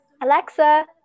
Alexa